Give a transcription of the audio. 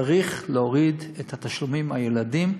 צריך להוריד את התשלומים לילדים.